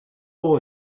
all